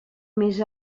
més